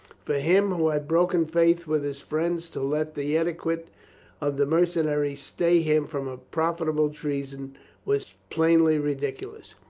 for him who had broken faith with his friend to let the etiquette of the mercenary stay him from a profitable treason was plainly ridiculous.